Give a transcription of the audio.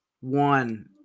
one